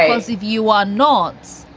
as if you are not?